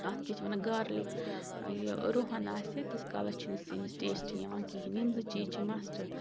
اَتھ کیٛاہ چھِ وَنان گارلِک یہِ رُہَن آسہِ تِیٖتِس کالَس چھُنہٕ سِنِس ٹیسٹ یِوان کِہیٖنۍ یِم زٕ چیٖز چھِ مَسٹ